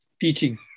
Teaching